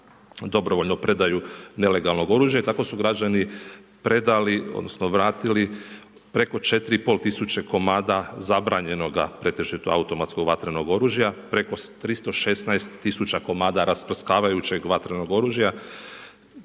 dobrovoljnu predaju nelegalnog oružja, tako su građani predali odnosno vratili preko 4 i pol tisuće komada zabranjenoga pretežito automatskog vatrenog oružja, preko 316 tisuća komada rasprskavajućeg vatrenog oružja,